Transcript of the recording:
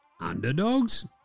underdogs